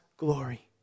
glory